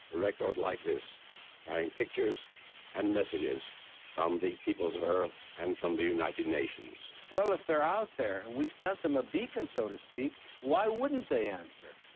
a record like this carrying pictures and messages from the peoples of earth and from the united nations. well, if they're out there and we sent them a beacon, so to speak why wouldn't they answer?